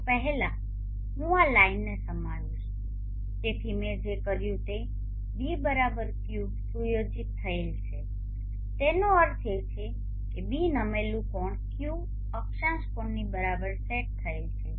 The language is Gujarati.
તો પહેલા હું આ લાઇનને સમાવીશ તેથી મેં જે કર્યું તે B Q સુયોજિત થયેલ છે તેનો અર્થ એ છે કે ß નમેલું કોણ ϕ અક્ષાંશ કોણની બરાબર સેટ થયેલ છે